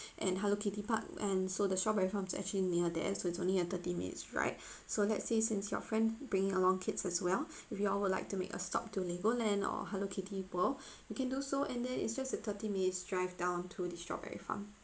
and hello kitty park and so the strawberry farm is actually near there so it's only a thirty minutes ride so let's say since your friend bringing along kids as well if you all would like to make a stop to legoland or hello kitty world you can do so and then it's just a thirty minutes drive down to the strawberry farm